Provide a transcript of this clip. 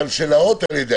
שלשלאות על ידי